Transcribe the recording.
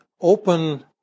open